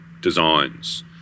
designs